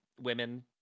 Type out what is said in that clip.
women